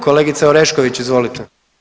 Kolegice Orešković, izvolite.